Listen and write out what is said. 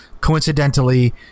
Coincidentally